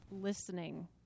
listening